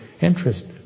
interest